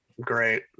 great